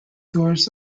doors